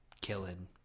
killing